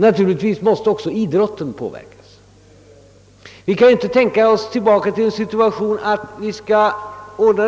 Naturligtvis måste också idrotten påverkas. Vi kan inte tänka oss tillbaka till en situation där